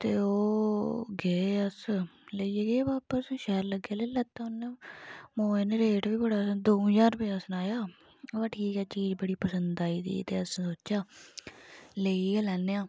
ते ओह् गे अस लेइयै गे बापस शैल लग्गेआ लेई लैत्ता उ'न्नै मोये ने रेट बी बड़ा द'ऊं ज्हार रपे दा सनाया अ बा ठीक ऐ चीज बड़ी पसंद आई दी ही ते असें सोचेआ लेई गै लैन्ने आं